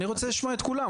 אני רוצה לשמוע את כולם,